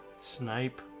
snipe